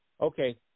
Okay